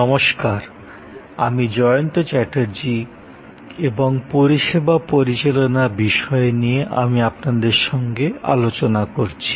নমস্কার আমি জয়ন্ত চ্যাটার্জি এবং পরিষেবা পরিচালনা বিষয় নিয়ে আমি আপনাদের সঙ্গে আলোচনা করছি